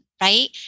right